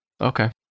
Okay